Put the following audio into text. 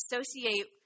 associate